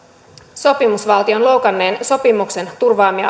sopimusvaltion loukanneen sopimuksen turvaamia